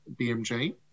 BMJ